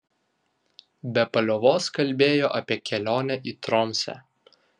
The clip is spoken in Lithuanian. be paliovos kalbėjo apie kelionę į tromsę